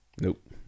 Nope